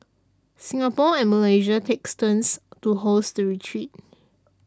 Singapore and Malaysia takes turns to host the retreat